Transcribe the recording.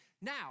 Now